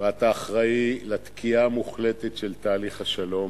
ואתה אחראי לתקיעה המוחלטת של תהליך השלום,